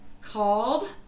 called